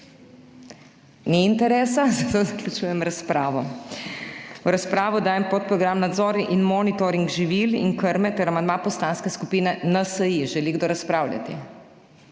Ni interesa, zato zaključujem razpravo. V razpravo dajem podprogram Nadzor in monitoringi živil in krme ter amandma Poslanske skupine NSi. Želi kdo razpravljati?